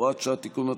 הוראת שעה) (תיקון),